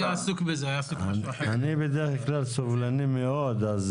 אני בדרך כלל סובלני מאוד.